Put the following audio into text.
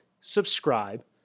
subscribe